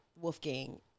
Wolfgang